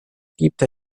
gibt